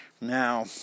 Now